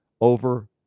over